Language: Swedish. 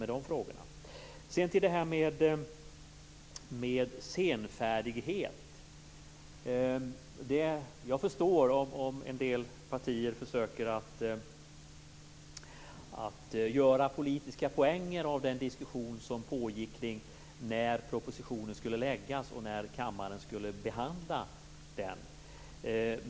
När det sedan gäller frågan om senfärdighet förstår jag om en del partier försöker vinna politiska poänger i den diskussion som pågått om när propositionen skulle läggas fram och när kammaren skulle behandla den.